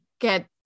get